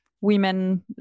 women